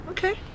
Okay